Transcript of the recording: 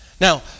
Now